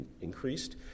increased